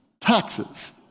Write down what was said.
Taxes